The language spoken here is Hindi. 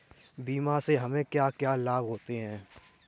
बीमा से हमे क्या क्या लाभ होते हैं?